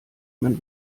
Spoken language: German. man